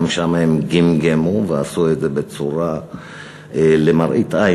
גם שם הם גמגמו ועשו את זה למראית עין,